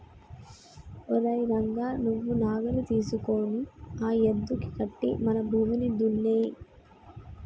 ఓరై రంగ నువ్వు నాగలి తీసుకొని ఆ యద్దుకి కట్టి మన భూమిని దున్నేయి